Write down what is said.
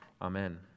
Amen